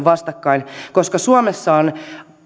vastakkain koska suomessa on